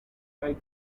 quite